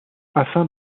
afin